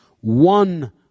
one